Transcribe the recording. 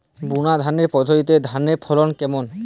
বুনাধানের পদ্ধতিতে ধানের ফলন কেমন?